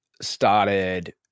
started